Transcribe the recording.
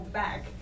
back